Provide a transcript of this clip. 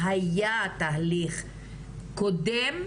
זה תופס משנה תוקף לגבי קטינות,